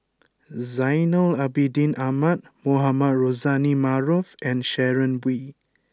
Zainal Abidin Ahmad Mohamed Rozani Maarof and Sharon Wee